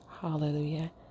Hallelujah